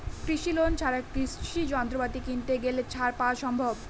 কৃষি লোন ছাড়া কৃষি যন্ত্রপাতি কিনতে গেলে ছাড় পাওয়া সম্ভব?